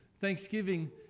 Thanksgiving